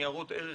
ניירות ערך